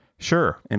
Sure